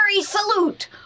salute